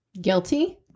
Guilty